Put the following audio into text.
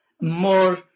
more